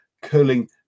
curling